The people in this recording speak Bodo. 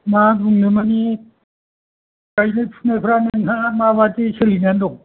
मा बुंनो मानि गायनाय फुनायाफ्रा नोंहा माबादि सोलिनानै दं